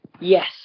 Yes